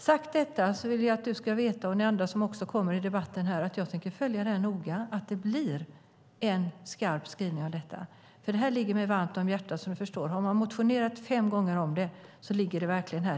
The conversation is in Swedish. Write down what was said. Med detta sagt vill jag att du - och ni andra som kommer i debatten - ska veta att jag noga tänker följa att det blir en skarp skrivning, för detta ligger mig varmt om hjärtat, som ni förstår. Har man motionerat fem gånger om det ligger det verkligen där.